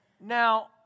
Now